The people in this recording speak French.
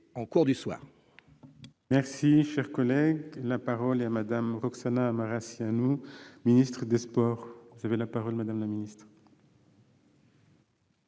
en cours du soir